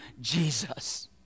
Jesus